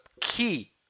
key